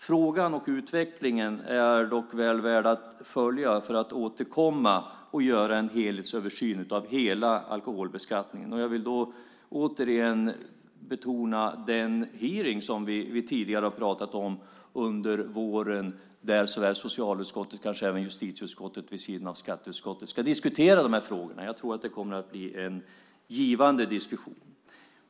Frågan och utvecklingen är dock väl värd att följa för att återkomma och göra en helhetsöversyn av hela alkoholbeskattningen. Jag vill återigen betona den hearing, som vi tidigare har pratat om, under våren där socialutskottet kanske även justitieutskottet vid sidan av skatteutskottet ska diskutera de här frågorna. Jag tror att det kommer att bli en givande diskussion.